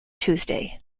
tuesday